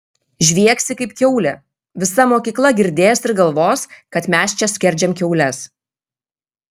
žviegsi kaip kiaulė visa mokykla girdės ir galvos kad mes čia skerdžiam kiaules